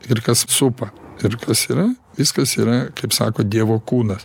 ir kas supa ir kas yra viskas yra kaip sako dievo kūnas